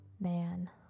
Man